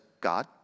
God